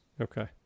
Okay